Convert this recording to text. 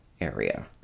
area